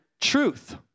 truth